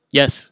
yes